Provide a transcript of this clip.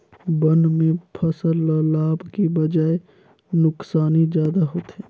बन में फसल ल लाभ के बजाए नुकसानी जादा होथे